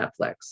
Netflix